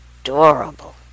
adorable